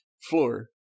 floor